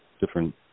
different